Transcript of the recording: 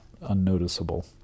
unnoticeable